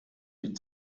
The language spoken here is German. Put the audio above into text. die